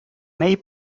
may